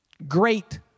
Great